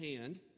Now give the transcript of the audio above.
hand